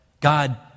God